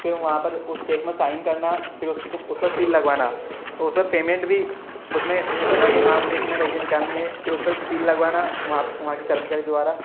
फिर वहाँ पर उस चेक में साइन करना फिर उसको उस पर सील लगवाना उस पर पेमेंट भी उसमें भरना है कि हाँ मुझे इतने पैसे निकालने हैं फिर उस पर सील लगवाना वहाँ वहाँ के कर्मचारियों द्वारा